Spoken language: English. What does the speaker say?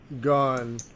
gone